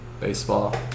baseball